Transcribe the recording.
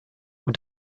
und